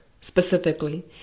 specifically